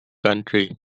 country